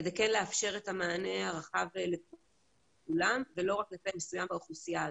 כדי כן לאפשר את המענה הרחב לכולם ולא רק לפלח מסוים באוכלוסייה הזו,